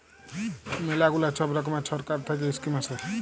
ম্যালা গুলা ছব রকমের ছরকার থ্যাইকে ইস্কিম আসে